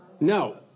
No